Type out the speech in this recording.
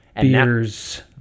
beers